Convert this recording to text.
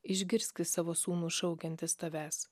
išgirski savo sūnų šaukiantis tavęs